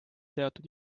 teatud